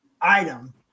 item